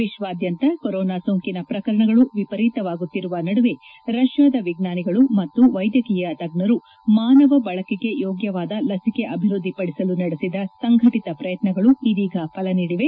ವಿಶ್ವಾದ್ಯಂತ ಕೊರೋನಾ ಸೋಂಕಿನ ಪ್ರಕರಣಗಳು ವಿಪರೀತವಾಗುತ್ತಿರುವ ನಡುವೆ ರಷ್ಠಾದ ವಿಜ್ಞಾನಿಗಳು ಮತ್ತ ವೈದ್ಯಕೀಯ ತಜ್ಞರು ಮಾನವ ಬಳಕೆಗೆ ಯೋಗ್ಣವಾದ ಲಚಿಕೆ ಅಭಿವೃದ್ಧಿಪಡಿಸಲು ನಡೆಸಿದ ಸಂಘಟತ ಪ್ರಯತ್ನಗಳು ಇದೀಗ ಫಲ ನೀಡಿವೆ